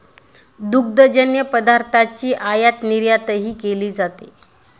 दुग्धजन्य पदार्थांची आयातनिर्यातही केली जाते